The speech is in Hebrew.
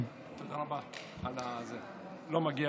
אופיר כץ, אינו נוכח, חבר הכנסת אלי כהן.